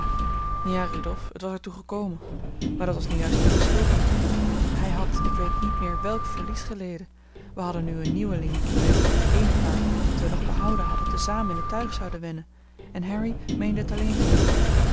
ja rudolf het was er toe gekomen maar dat was nu juist uwe schuld niet hij had ik weet niet meer welk verlies geleden wij hadden nu een nieuweling dien wij met het eene paard dat wij nog behouden hadden te zamen in het tuig zouden wennen en harry meende het alleen te doen